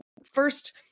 first